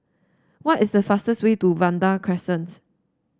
what is the fastest way to Vanda Crescent